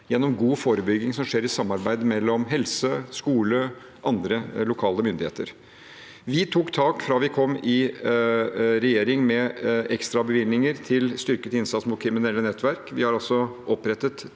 gjennom god forebygging som skjer i samarbeid mellom helse, skole og andre lokale myndigheter. Vi tok tak fra vi kom i regjering, med ekstrabevilgninger til styrket innsats mot kriminelle nettverk. Vi har opprettet